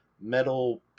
metal